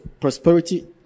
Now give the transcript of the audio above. prosperity